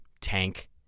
tank